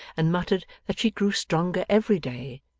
and muttered that she grew stronger every day,